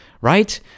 right